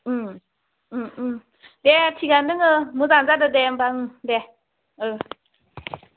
दे थिगानो दोङो मोजाङानो जादो दे होमब्ला दे